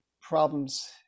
problems